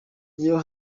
iyo